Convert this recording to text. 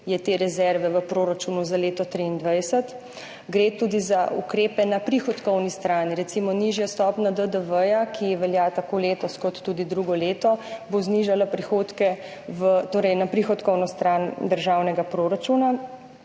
je te rezerve v proračunu za leto 2021, gre tudi za ukrepe na prihodkovni strani, recimo nižja stopnja DDV, ki velja tako letos kot tudi drugo leto, bo znižala prihodke na prihodkovno stran državnega proračuna.